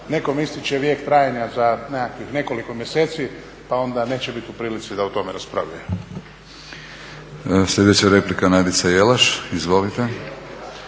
nekom ističe vijek trajanja za nekoliko mjeseci pa onda neće biti u prilici da o tome raspravljaju.